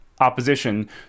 opposition